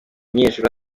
umunyeshuri